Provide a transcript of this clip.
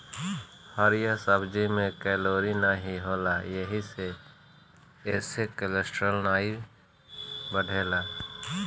हरिहर सब्जी में कैलोरी नाही होला एही से एसे कोलेस्ट्राल नाई बढ़ेला